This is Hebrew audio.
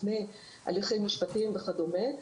לפני הליכים משפטיים וכדומה.